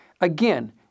Again